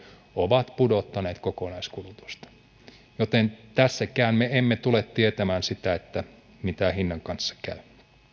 ovat pudottaneet kokonaiskulutusta tässäkään me emme tule tietämään sitä miten hinnan kanssa käy